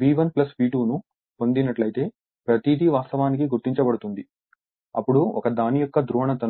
V1 V2 ను పొందినట్లయితే ప్రతీది వాస్తవానికి గుర్తించబడుతుంది అప్పుడు ఒక దాని యొక్క ధ్రువణత